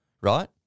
Right